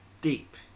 deep